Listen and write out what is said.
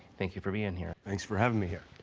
thank you for being here. thanks for having me here.